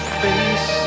face